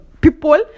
people